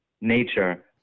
nature